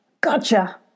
Gotcha